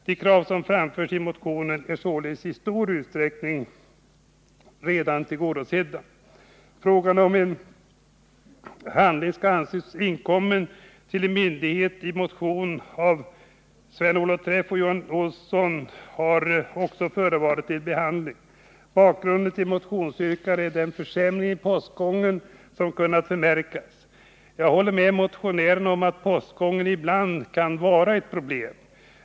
De krav som framförs i motionen är således i stor utsträckning redan tillgodosedda. Frågan om när en handling skall anses vara inkommen till en myndighet tas upp i motionen 1695 av Sven-Olov Träff och Johan Olsson och har varit föremål för behandling i utskottet. Bakgrunden till motionsyrkandet är den försämring i postgången som kunnat förmärkas. Jag håller med motionärerna om att postgången ibland kan vara ett problem.